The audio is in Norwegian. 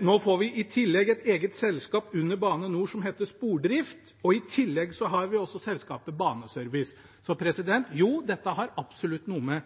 Nå får vi i tillegg et eget selskap under Bane NOR som heter Spordrift, og i tillegg har vi selskapet Baneservice. Så jo, dette har absolutt noe